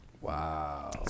Wow